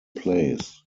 plays